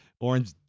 Orange